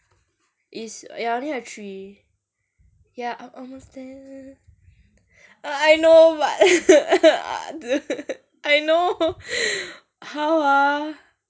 is ya I only have three ya I'm almost there err I know but dude I know how ah